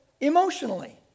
emotionally